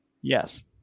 Yes